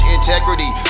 integrity